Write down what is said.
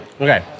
Okay